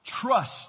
Trust